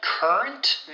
Current